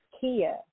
Kia